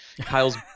Kyle's